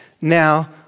now